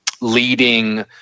leading